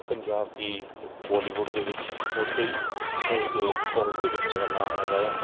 ਪੰਜਾਬ ਕੀ ਬੋਲੀਵੁੱਡ ਦੇ ਵਿੱਚ ਔਰ ਕਈ ਸੌਂਗਸ ਦੇ ਵਿੱਚ ਉਹਨਾਂ ਦਾ ਨਾਮ ਹੈਗਾ ਆ